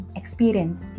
experience